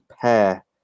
pair